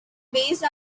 based